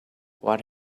what